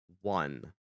One